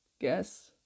guess